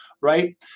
right